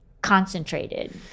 concentrated